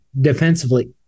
defensively